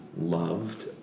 loved